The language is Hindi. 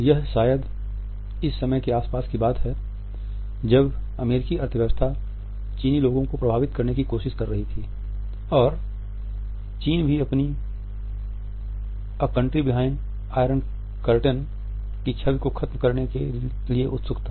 यह शायद इस समय के आसपास की बात है जब अमेरिकी अर्थव्यवस्था चीनी लोगों को प्रभावित करने की कोशिश कर रही थी और चीन भी अपनी a country behind iron curtain की छवि को ख़त्म करने के लिए उत्सुक था